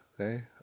okay